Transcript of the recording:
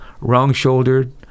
wrong-shouldered